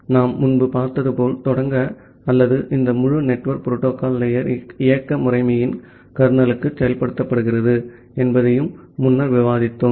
ஆகவே நாம் முன்பு பார்த்தது போல் தொடங்க அல்லது இந்த முழு நெட்வொர்க் புரோட்டோகால் லேயர் இயக்க முறைமையின் கர்னலுக்குள் செயல்படுத்தப்படுகிறது என்பதையும் முன்னர் விவாதித்தோம்